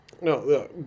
No